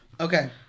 Okay